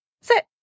Sit